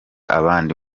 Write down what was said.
abandi